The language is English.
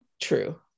true